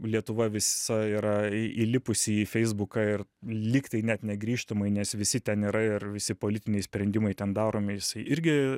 lietuva visa yra įlipusi į feisbuką ir lygtai net negrįžtamai nes visi ten yra ir visi politiniai sprendimai ten daromi jisai irgi